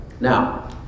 Now